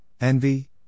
envy